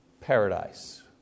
paradise